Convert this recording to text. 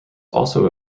also